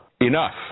enough